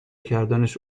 کردنش